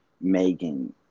Megan